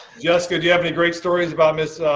jessica, do you have any great stories about ms.